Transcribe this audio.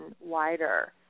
wider